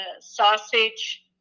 sausage